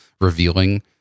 revealing